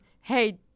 hey